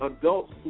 adults